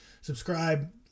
subscribe